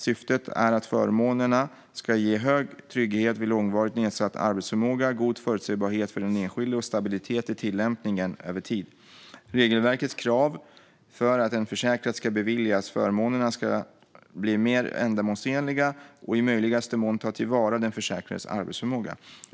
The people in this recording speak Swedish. Syftet är att förmånerna ska ge hög trygghet vid långvarigt nedsatt arbetsförmåga, god förutsebarhet för den enskilde och stabilitet i tillämpningen över tid. Regelverkets krav för att en försäkrad ska beviljas förmånerna ska bli mer ändamålsenliga och i möjligaste mån ta till vara den försäkrades arbetsförmåga.